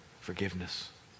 forgiveness